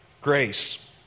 Grace